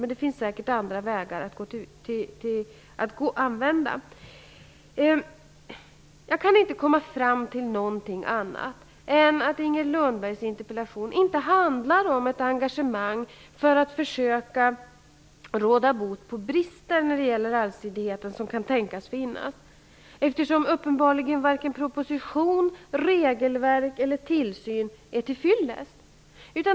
Men det finns säkert andra väga att gå i sådana fall. Jag kan inte komma fram till något annat än att Inger Lundbergs interpellation inte handlar om ett engagemang för att försöka råda bot på den brist av allsidighet som kan tänkas finnas. Uppenbarligen är varken proposition, regelverk eller tillsyn till fyllest.